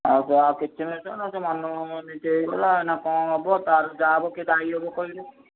ଆଉ ସେଇଆ କିଛି ନଥିବ ସେ ମନକୁ ମନ ନିଜେ ହେଇଗଲା ନା କଣ ହେବ ତା'ର ଯାହାହେବ କିଏ ଦାୟୀ ହେବ କହିଲେ